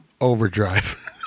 Overdrive